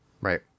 Right